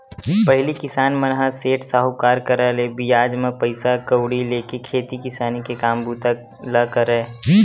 पहिली किसान मन ह सेठ, साहूकार करा ले बियाज म पइसा कउड़ी लेके खेती किसानी के काम बूता ल करय